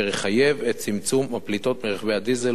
אשר יחייב את צמצום הפליטות מרכבי דיזל,